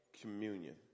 communion